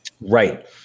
Right